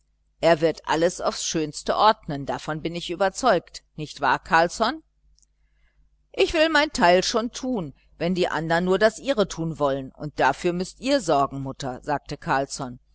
er wird alles aufs schönste ordnen davon bin ich überzeugt nicht wahr carlsson ich will mein teil schon tun wenn die andern nur das ihre tun wollen und dafür müßt ihr sorgen mutter sagte carlsson